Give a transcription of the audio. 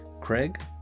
Craig